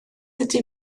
ydy